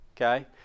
okay